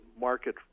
market